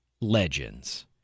legends